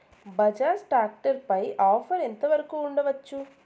Bajaj tractor పై offer ఎంత వరకు ఉండచ్చు?